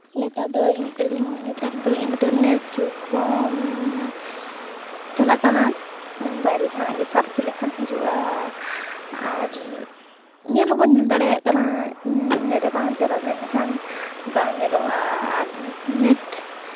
ᱱᱮᱛᱟᱨ ᱫᱚ ᱱᱮᱛᱟᱨ ᱫᱚ ᱤᱱᱴᱟᱨᱱᱮᱴ ᱡᱩᱜᱽ ᱦᱚᱸ ᱪᱟᱞᱟᱜ ᱠᱟᱱᱟ ᱢᱳᱵᱟᱭᱤᱞ ᱨᱮ ᱡᱟᱦᱟᱱᱟᱜ ᱜᱮ ᱥᱟᱨᱪ ᱞᱮᱠᱷᱟᱱ ᱦᱤᱡᱩᱜᱼᱟ ᱟᱨ ᱧᱮᱞ ᱦᱚᱸᱵᱚᱱ ᱧᱮᱞ ᱫᱟᱲᱮᱭᱟᱜ ᱠᱟᱱᱟ ᱱᱮᱴ ᱵᱟᱝ ᱪᱟᱞᱟᱣ ᱞᱮᱱᱠᱷᱟᱱ ᱵᱟᱝ ᱧᱮᱞᱚᱜᱼᱟ ᱟᱨ ᱱᱮᱴ